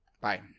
Bye